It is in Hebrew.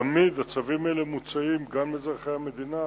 תמיד הצווים האלה מוצאים גם לאזרחי המדינה